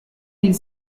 mille